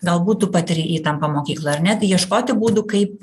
galbūt tu patiri įtampą mokykloj ar ne tai ieškoti būdų kaip